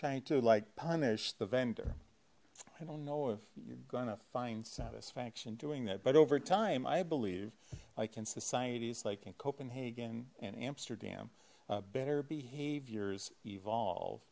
trying to like punish the vendor i don't know if you're gonna find satisfaction doing that but over time i believe like in societies like in copenhagen and amsterdam better behaviors evolve